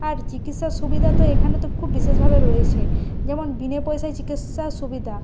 আর চিকিৎসার সুবিধা তো এখানে তো খুব বিশেষভাবে রয়েছে যেমন বিনে পয়সায় চিকিৎসার সুবিধা